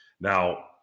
now